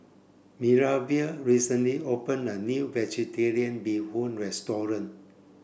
Minervia recently opened a new vegetarian bee hoon restaurant